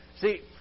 see